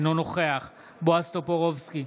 אינו נוכח בועז טופורובסקי,